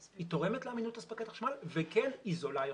היא תורמת לאמינות אספקת החשמל והיא זולה יותר.